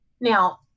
Now